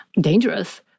dangerous